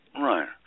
Right